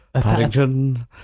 Paddington